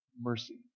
mercy